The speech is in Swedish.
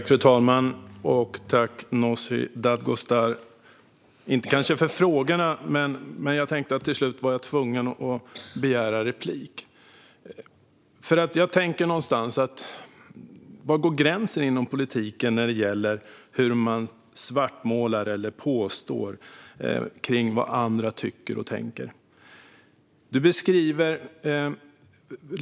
Fru talman! Jag tackar Nooshi Dadgostar. Jag var tvungen att begära replik, för jag undrar var gränsen går inom politiken när det gäller svartmålning och påståenden om vad andra tycker och tänker.